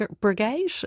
Brigade